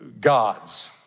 gods